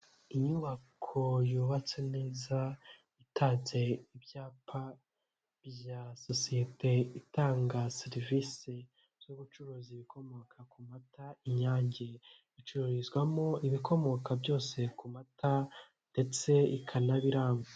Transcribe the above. Inyubako yubatse neza itatse ibyapa bya sosiyete itanga serivisi z'ubucuruzi bikomoka ku mata inyange, icururizwamo ibikomoka byose ku mata ndetse ikanabiranguza.